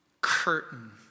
curtain